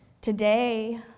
Today